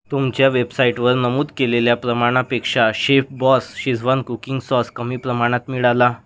तुमच्या वेबसाईटवर नमूद केलेल्या प्रमाणापेक्षा शेफबॉस शेझवान कुकिंग सॉस कमी प्रमाणात मिळाला